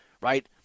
right